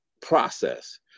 process